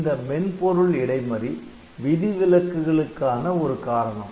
இந்த மென்பொருள் இடை மறி விதிவிலக்குகளுக்கான ஒரு காரணம்